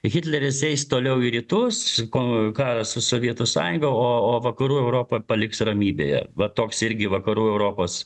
hitleris eis toliau į rytus ko karas su sovietų sąjunga o o vakarų europą paliks ramybėje va toks irgi vakarų europos